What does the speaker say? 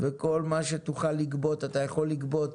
וכל מה שתוכל לגבות אתה יכול לגבות.